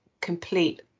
complete